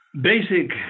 basic